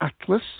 Atlas